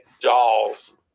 dolls